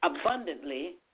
abundantly